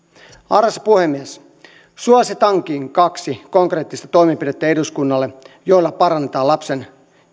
arvoisa puhemies suositankin eduskunnalle kaksi konkreettista toimenpidettä joilla parannetaan lapsen